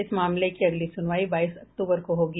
इस मामले की अगली सुनवाई बाईस अक्टूबर को होगी